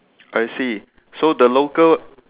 I see so the local